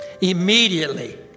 immediately